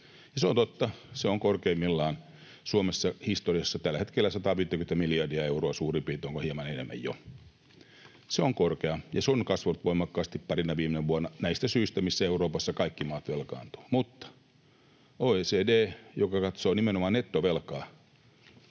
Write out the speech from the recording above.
se on totta, se on korkeimmillaan Suomessa historiassa — tällä hetkellä 150 miljardia euroa suurin piirtein, onko hieman enemmän jo. Se on korkea, ja se on kasvanut voimakkaasti parina viime vuotena näistä syistä, mistä Euroopassa kaikki maat velkaantuvat. Mutta OECD, joka katsoo nimenomaan nettovelkaa,